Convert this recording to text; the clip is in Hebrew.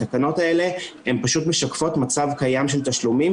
התקנות האלה הן פשוט משקפות מצב קיים של תשלומים,